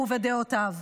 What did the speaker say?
הוא ודעותיו.